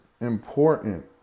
important